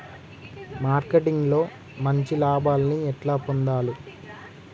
Marketing లో మంచి లాభాల్ని ఎట్లా పొందాలి?